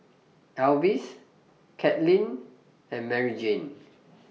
Elvis Caitlynn and Maryjane